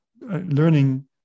learning